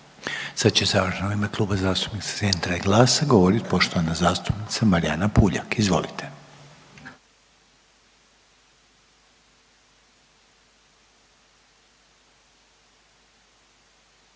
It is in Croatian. Sad će završno u ime Kluba zastupnika Centra i GLAS-a govoriti poštovana zastupnica Marijana Puljak. Izvolite.